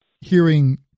hearing